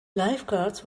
lifeguards